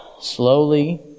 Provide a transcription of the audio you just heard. slowly